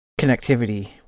connectivity